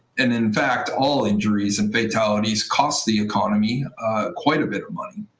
and, in fact, all injuries and fatalities cost the economy quite a bit of money.